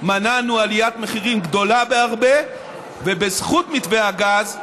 מנענו עליית מחירים גדולה בהרבה ובזכות מתווה הגז,